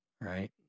right